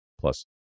plus